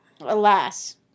alas